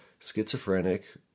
schizophrenic